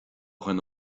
dhuine